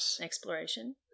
Exploration